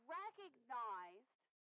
recognized